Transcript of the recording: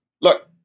Look